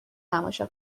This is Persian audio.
تماشا